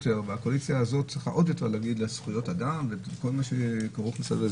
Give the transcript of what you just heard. הקואליציה הזאת צריכה עוד יותר להגן על זכויות אדם וכל מה שכרוך בזה.